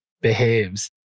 behaves